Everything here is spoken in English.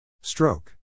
Stroke